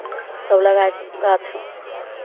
सभ लगाए कऽ गाछमे